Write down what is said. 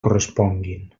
corresponguin